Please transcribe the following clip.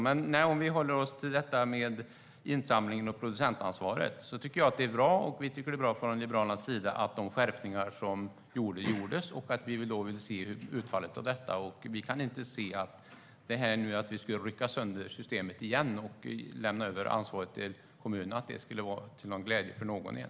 Men om vi håller oss till detta med insamlingen och producentansvaret: Jag tycker att det är bra, och från Liberalernas sida tycker vi att det är bra med de skärpningar som gjordes, och vi vill se utfallet av detta. Att rycka sönder systemet igen och lämna över ansvaret till kommunerna kan vi inte se skulle vara till glädje för någon.